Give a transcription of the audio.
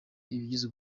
ibigize